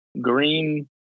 green